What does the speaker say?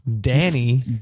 Danny